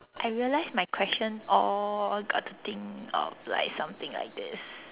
I realize my questions all got to think of like something like this